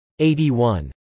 81